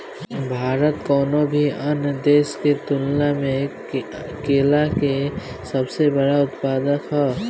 भारत कउनों भी अन्य देश के तुलना में केला के सबसे बड़ उत्पादक ह